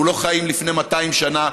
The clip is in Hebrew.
אנחנו לא חיים לפני 200 שנה,